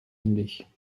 ähnlich